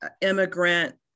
immigrant